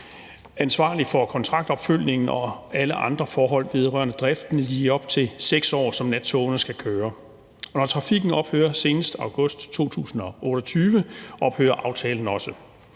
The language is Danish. ansvarlig for kontraktopfølgning og alle andre forhold vedrørende driften i de op til 6 år, som nattogene skal køre. Når trafikken ophører senest august 2028, ophører aftalen også.